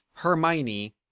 Hermione